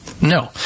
No